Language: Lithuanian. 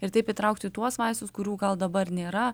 ir taip įtraukti tuos vaistus kurių gal dabar nėra